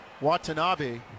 watanabe